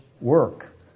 work